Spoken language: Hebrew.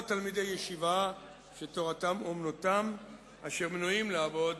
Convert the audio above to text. או תלמידי ישיבה שתורתם אומנותם אשר מנועים מלעבוד